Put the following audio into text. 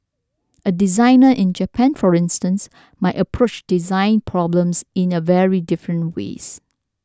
a designer in Japan for instance might approach design problems in a very different ways